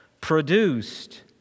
produced